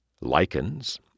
Lichens